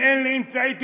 אם אין לי אמצעי תקשורת,